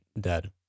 dead